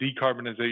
decarbonization